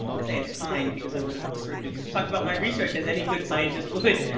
i say assigned because i would have preferred to talk about my research, as any good scientist would.